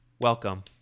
welcome